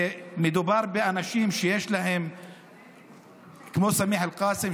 ומדובר באנשים כמו סמיח אל-קאסם,